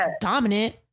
dominant